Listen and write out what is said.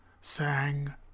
sang